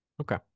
Okay